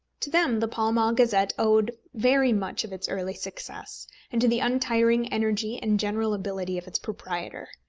to them the pall mall gazette owed very much of its early success and to the untiring energy and general ability of its proprietor.